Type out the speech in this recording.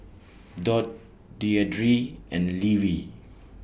Dot Deidre and Levi